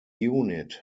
unit